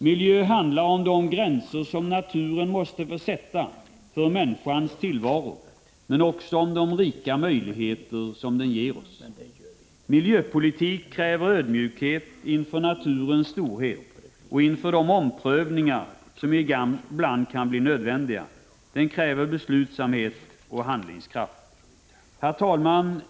Miljö handlar om de gränser som naturen måste få sätta för människans tillvaro men också om de rika möjligheter som den ger oss. Miljöpolitik kräver ödmjukhet inför naturens storhet och inför de omprövningar som ibland kan bli nödvändiga. Den kräver beslutsamhet och handlingskraft. Herr talman!